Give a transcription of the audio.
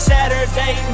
Saturday